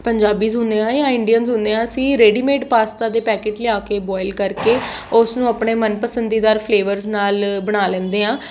Punjabis ਹੁੰਦੇ ਹਾਂ ਜਾਂ ਇੰਡੀਅਨ ਹੁੰਦੇ ਹਾਂ ਅਸੀਂ ਰੈਡੀਮੇਡ ਪਾਸਤਾ ਦੇ ਪੈਕਟ ਲਿਆ ਕੇ ਬੋਇਲ ਕਰਕੇ ਉਸਨੂੰ ਆਪਣੇ ਮਨਪਸੰਦੀਦਾਰ ਫਲੇਵਰਸ ਨਾਲ਼ ਬਣਾ ਲੈਂਦੇ ਹਾਂ